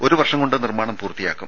ഒരു വർഷം കൊണ്ട് നിർമ്മാണം പൂർത്തിയാക്കും